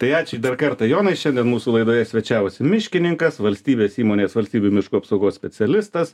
tai ačiū dar kartą jonai šiandien mūsų laidoje svečiavosi miškininkas valstybės įmonės valstybių miškų apsaugos specialistas